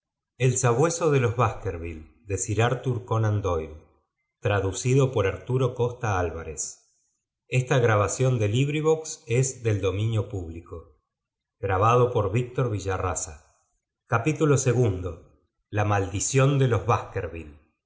el sabueso e los baskerville w ml buenos aires indice i ei señor sherlock holmes h la maldición de los